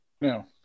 No